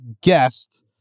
guest